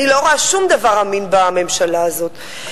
אני לא רואה שום דבר אמין בממשלה הזאת.